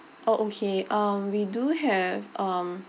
oh okay um we do have um